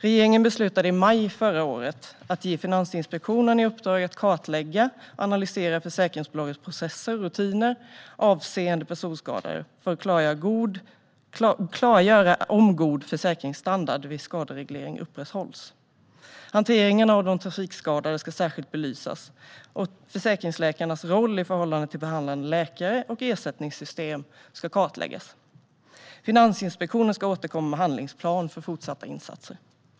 Regeringen beslutade i maj förra året att ge Finansinspektionen i uppdrag att kartlägga och analysera försäkringsbolagens processer och rutiner avseende personskador för att klargöra om god försäkringsstandard vid skadereglering upprätthålls. Hanteringen av de trafikskadade ska särskilt belysas, och försäkringsläkarnas roll i förhållande till behandlande läkare och ersättningssystem ska kartläggas. Finansinspektionen ska återkomma med en handlingsplan för fortsatta insatser.